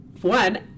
one